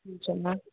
हुन्छ ल